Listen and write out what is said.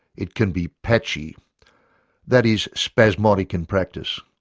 it can be patchy' that is, spasmodic in practice.